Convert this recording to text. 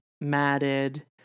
matted